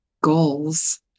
goals